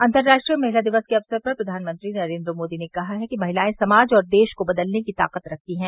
अंतर्राष्ट्रीय महिला दिवस के अवसर पर प्रधानमंत्री नरेन्द्र मोदी ने कहा है कि महिलाएं समाज और देश को बदलने की ताकत रखती हैं